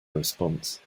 response